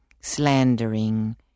slandering